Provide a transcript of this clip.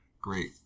great